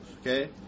Okay